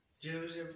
Joseph